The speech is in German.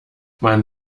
man